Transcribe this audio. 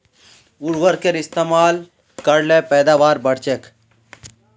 उर्वरकेर इस्तेमाल कर ल पैदावार बढ़छेक